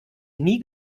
nie